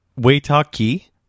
waitaki